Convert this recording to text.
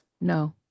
No